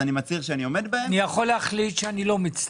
אני יכול להחליט שאני לא מצטרף?